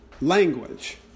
language